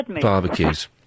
barbecues